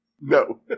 No